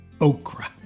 okra